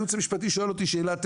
הייעוץ המשפטי שואל אותי שאלה טכנית,